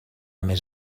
mes